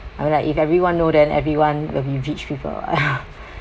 I mean like if everyone know then everyone will be rich people ya